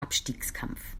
abstiegskampf